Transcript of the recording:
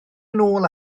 nôl